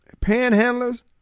panhandlers